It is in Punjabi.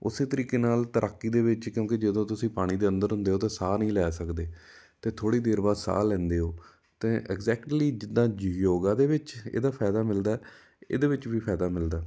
ਉਸੇ ਤਰੀਕੇ ਨਾਲ ਤੈਰਾਕੀ ਦੇ ਵਿੱਚ ਕਿਉਂਕਿ ਜਦੋਂ ਤੁਸੀਂ ਪਾਣੀ ਦੇ ਅੰਦਰ ਹੁੰਦੇ ਹੋ ਤਾਂ ਸਾਹ ਨਹੀਂ ਲੈ ਸਕਦੇ ਅਤੇ ਥੋੜ੍ਹੀ ਦੇਰ ਬਾਅਦ ਸਾਹ ਲੈਂਦੇ ਹੋ ਅਤੇ ਐਗਜੈਕਟਲੀ ਜਿੱਦਾਂ ਯੋਗਾ ਦੇ ਵਿੱਚ ਇਹਦਾ ਫਾਇਦਾ ਮਿਲਦਾ ਇਹਦੇ ਵਿੱਚ ਵੀ ਫਾਇਦਾ ਮਿਲਦਾ